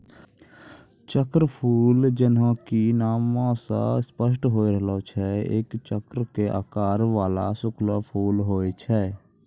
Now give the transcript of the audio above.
चक्रफूल जैन्हों कि नामै स स्पष्ट होय रहलो छै एक चक्र के आकार वाला सूखलो फूल होय छै